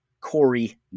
Corey